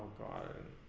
god